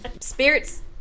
spirits